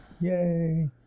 Yay